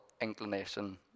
inclination